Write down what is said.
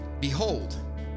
behold